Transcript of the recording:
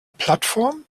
plattform